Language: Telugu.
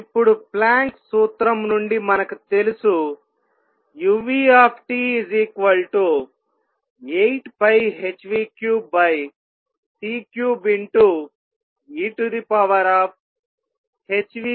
ఇప్పుడు ప్లాంక్ సూత్రం నుండి మనకు తెలుసు uT 8πh3c3ehνkT 1